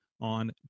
on